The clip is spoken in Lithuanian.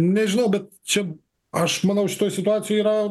nežinau bet čia aš manau šitoj situacijoj yra